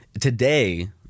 Today